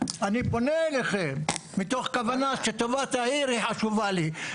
אני פונה אליכם מתוך כוונה שטובת העיר היא חשובה לי.